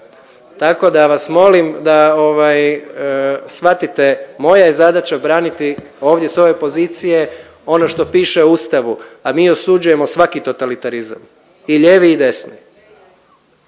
tako da vas molim da shvatite moja je zadaća braniti ovdje sa ove pozicije ono što piše u Ustavu, a mi osuđujemo svaki totalitarizam i lijevi i desni.